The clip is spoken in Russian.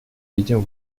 видим